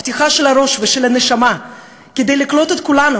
הפתיחה של הראש ושל הנשמה כדי לקלוט את כולנו,